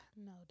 No